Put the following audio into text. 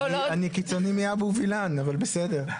אני קיצוני מאבו וילן, אבל בסדר.